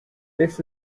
this